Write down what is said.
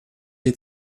sie